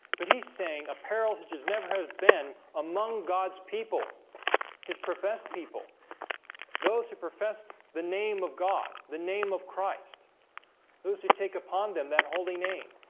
but he's saying a peril has never has been among god's people his professed people those who professed the name of god the name of christ those who take upon them that holy name.